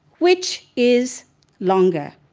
which is longer,